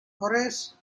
horace